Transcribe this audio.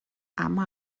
اما